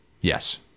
Yes